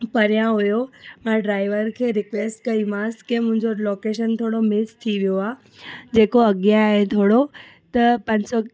परियां हुओ मां ड्राइवर खे रिक्वेस्ट कई मांसि की मुंहिंजो लोकेशन थोरो मिस थी वियो आहे जेको अॻियां आहे थोरो त पंज सौ